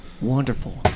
Wonderful